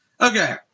Okay